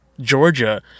Georgia